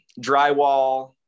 drywall